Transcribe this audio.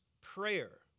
prayer